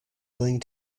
willing